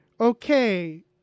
okay